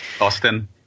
Austin